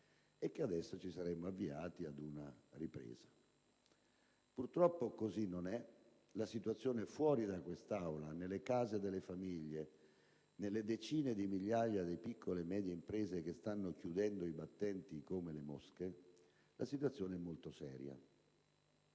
e che adesso ci saremmo avviati ad una ripresa. Purtroppo così non è. La situazione, fuori da questa Aula, nelle case delle famiglie, nelle decine di migliaia di piccole e medie imprese che stanno morendo come mosche, è molto seria.